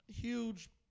huge